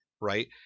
right